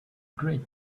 great